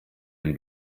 even